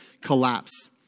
collapse